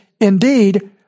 indeed